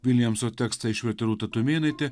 viljamso tekstą išvertė rūta tumėnaitė